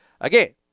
again